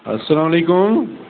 اَسلامُ علیکُم